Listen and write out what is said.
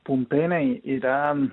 pumpėnai yra